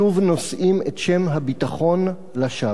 שוב נושאים את שם הביטחון לשווא.